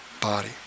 body